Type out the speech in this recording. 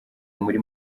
muri